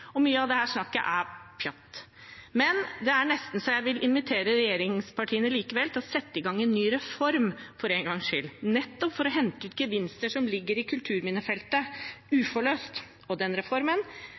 og mye av dette snakket er pjatt. Men det er nesten så jeg vil invitere regjeringspartiene til likevel å sette i gang en ny reform for en gangs skyld, nettopp for å hente ut gevinster som ligger i kulturminnefeltet